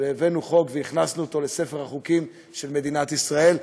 והבאנו חוק והכנסנו אותו לספר החוקים של מדינת ישראל.